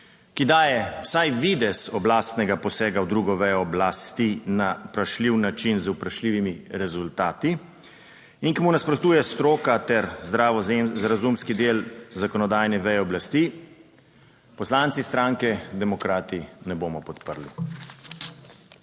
ki daje vsaj videz oblastnega posega v drugo vejo oblasti na vprašljiv način, z vprašljivimi rezultati, in ki mu nasprotuje stroka ter zdravo razumski del zakonodajne veje oblasti, poslanci stranke Demokrati ne bomo podprli.